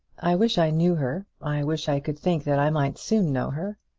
i wish i knew her. i wish i could think that i might soon know her.